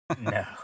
No